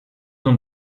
nun